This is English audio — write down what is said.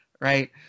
right